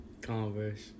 Converse